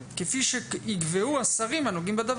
כפי שיקבעו השרים הנוגעים בדבר,